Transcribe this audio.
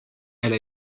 elle